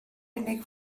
unig